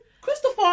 Christopher